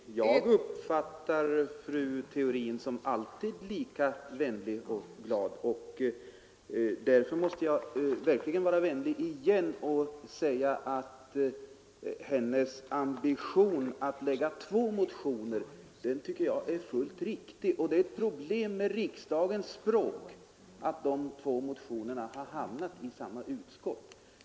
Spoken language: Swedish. Fru talman! Jag uppfattar fru Theorin som alltid lika vänlig och glad, och därför måste jag vara vänlig tillbaka och säga att jag tycker att hennes ambition att väcka två motioner i samma riktning är berömvärd. Men språkbruket här i riksdagen har gjort att de två motionerna har hamnat i samma utskott.